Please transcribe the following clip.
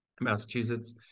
Massachusetts